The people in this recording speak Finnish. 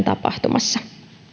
tapahtumassa